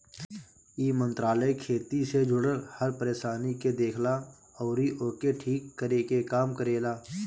इ मंत्रालय खेती से जुड़ल हर परेशानी के देखेला अउरी ओके ठीक करे के काम करेला